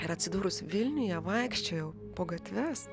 ir atsidūrus vilniuje vaikščiojau po gatves